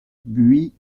buis